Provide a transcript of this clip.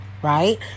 right